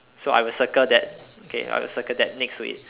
so I will circle that okay I will circle that next to it